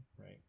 right